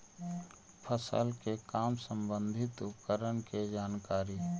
फसल के काम संबंधित उपकरण के जानकारी?